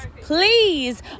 please